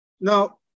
Now